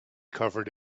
covered